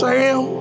Sam